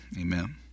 amen